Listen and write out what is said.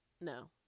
No